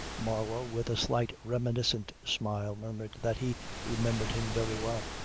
marlow with a slight reminiscent smile murmured that he remembered him very well.